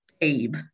Babe